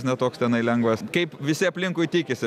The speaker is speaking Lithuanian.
ne toks tenai lengvas kaip visi aplinkui tikisi